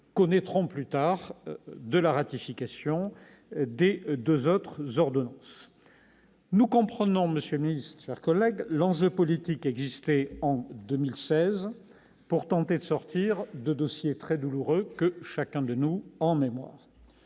connaîtrons plus tard de la ratification des deux autres ordonnances. Nous comprenons, monsieur le secrétaire d'État, mes chers collègues, l'enjeu politique qui existait en 2016 pour tenter de sortir de dossiers très douloureux que chacun de nous a en mémoire.